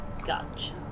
Gotcha